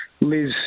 Liz